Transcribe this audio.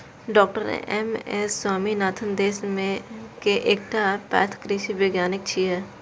डॉ MS Swaminathan देश के एकटा पैघ कृषि वैज्ञानिक छियै